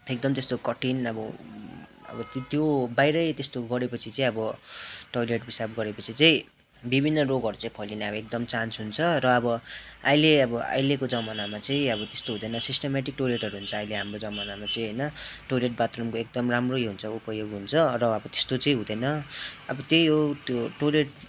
एकदम त्यस्तो कठिन अब त्यो बाहिरै त्यस्तो गरेपछि चाहिँ अब टोइलेट पिसाबा गरेपछि चाहिँ विभिन्न रोगहरू चाहिँ फैलिने अब एकदम चान्स हुन्छ र अब अहिले अब अहिलेको जमानामा चाहिँ अब त्यस्तो हुँदैन सिस्टमेटिक टोइलेटहरू हुन्छ अहिले हाम्रो जमानामा चाहिँ होइन टोइलेट बाथरूमको एकदम राम्रो उयो हुन्छ उपयोग हुन्छ र अब त्यस्तो चाहिँ हुँदैन अब त्यही हो त्यो टोइलेट